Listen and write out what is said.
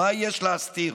מה יש להסתיר?